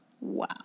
wow